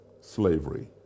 slavery